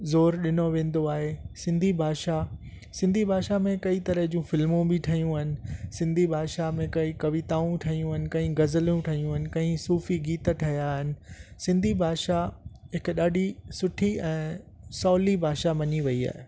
ज़ोरु ॾिनो वेंदो आहे सिंधी भाषा सिंधी भाषा में कई तरह जूं फ़्लिमूं बि ठहियूं आहिनि सिंधी भाषा में कई कविताऊं ठहियूं आहिनि कई ग़ज़लूं ठहियूं आहिनि सूफ़ी गीत ठहिया आहिनि सिंधी भाषा हिक ॾाढी सुठी ऐं सवली भाषा मञी वेई आहे